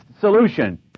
solution